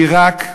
בעיראק,